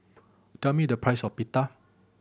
tell me the price of Pita